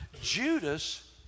Judas